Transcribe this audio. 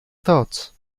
thoughts